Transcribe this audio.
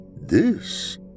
This